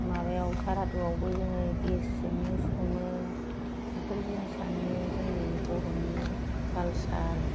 माबायाव सारादुआवबो जोङो गेसजोंनो सङो बेफोर जिनिसानो जोंनि बर'नि कालचार